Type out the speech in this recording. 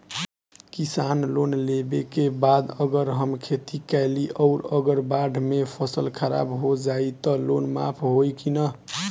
किसान लोन लेबे के बाद अगर हम खेती कैलि अउर अगर बाढ़ मे फसल खराब हो जाई त लोन माफ होई कि न?